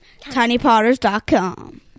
TinyPotters.com